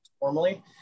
normally